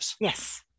Yes